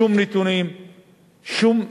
שום נתונים,